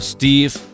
Steve